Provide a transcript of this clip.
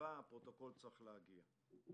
הישיבה הפרוטוקול צריך להגיע.